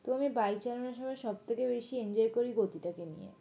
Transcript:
তো আমি বাইক চালানোর সময় সবথেকে বেশি এনজয় করি গতিটাকে নিয়ে